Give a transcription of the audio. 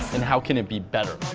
and how can it be better?